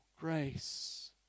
grace